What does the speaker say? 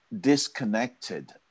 disconnected